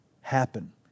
happen